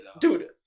Dude